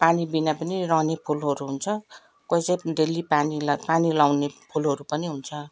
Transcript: पानीबिना पनि रहने फुलहरू हुन्छ कोही चाहिँ डेली पानी ला पानी लगाउने फुलहरू पनि हुन्छ